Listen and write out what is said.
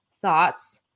thoughts